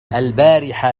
البارحة